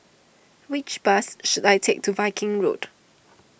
which bus should I take to Viking Road